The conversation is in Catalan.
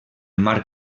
mar